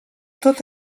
tot